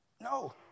No